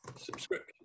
subscription